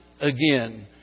again